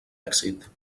èxit